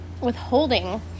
withholding